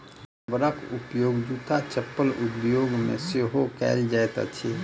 रबरक उपयोग जूत्ता चप्पल उद्योग मे सेहो कएल जाइत अछि